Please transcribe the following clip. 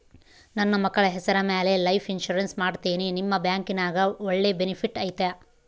ನನ್ನ ಮಕ್ಕಳ ಹೆಸರ ಮ್ಯಾಲೆ ಲೈಫ್ ಇನ್ಸೂರೆನ್ಸ್ ಮಾಡತೇನಿ ನಿಮ್ಮ ಬ್ಯಾಂಕಿನ್ಯಾಗ ಒಳ್ಳೆ ಬೆನಿಫಿಟ್ ಐತಾ?